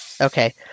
Okay